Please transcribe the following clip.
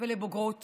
ולבוגרות